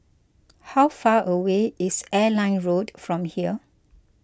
how far away is Airline Road from here